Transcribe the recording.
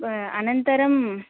अनन्तरं